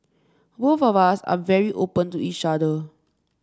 both of us are very open to each other